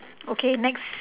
okay next